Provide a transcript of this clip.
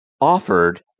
offered